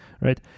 right